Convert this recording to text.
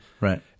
Right